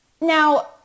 now